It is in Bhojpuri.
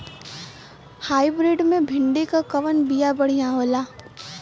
हाइब्रिड मे भिंडी क कवन बिया बढ़ियां होला?